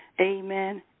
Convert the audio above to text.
Amen